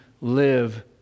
live